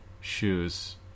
shoes